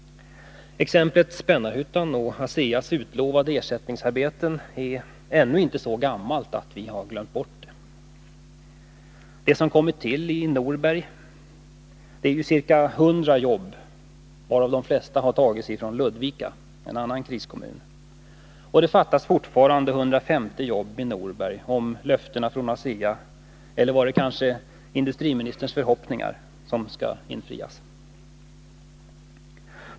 Exemplet Spännarhyttan och ASEA:s utlovade ersättningsarbeten är ännu inte så gammalt att vi har glömt bort det. Det som kommit till i Norberg är ju ca 100 arbeten av vilka de flesta tagits från Ludvika — en annan kriskommun. Det fattas fortfarande 150 jobb i Norberg, om löftena från ASEA, eller var det kanske industriministerns förhoppningar, skall infrias.